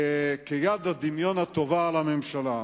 כיד הדמיון הטובה על הממשלה.